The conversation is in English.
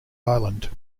island